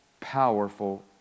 powerful